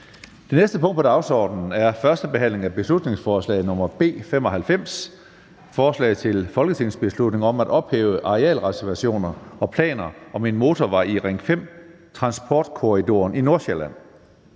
Det næste punkt på dagsordenen er: 25) 1. behandling af beslutningsforslag nr. B 95: Forslag til folketingsbeslutning om at ophæve arealreservationer og planer om en motorvej i Ring 5-transportkorridoren i Nordsjælland.